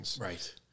Right